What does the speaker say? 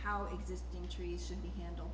how existing trees should be handled